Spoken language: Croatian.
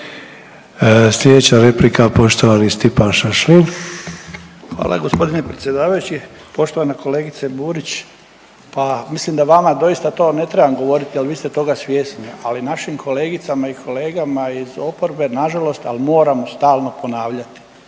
Slijedeća replika poštovani Stipan Šašlin. **Šašlin, Stipan (HDZ)** Hvala gospodine predsjedavajući. Poštovana kolegice Burić, pa mislim da vama to doista ne trebam govoriti, ali vi ste toga svjesni, ali našim kolegicama i kolegama iz oporbe nažalost ali moramo stalno ponavljati